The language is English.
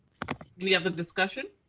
we have a discussion?